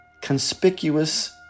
conspicuous